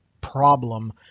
problem